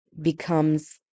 becomes